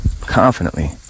confidently